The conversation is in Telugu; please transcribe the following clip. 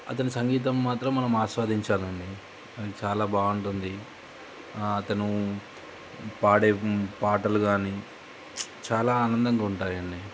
అతని సంగీతం మాత్రం మనం ఆస్వాదించాలండి అది చాలా బాగుంటుంది అతను పాడే పాటలు కానీ చాలా ఆనందంగా ఉంటాయండి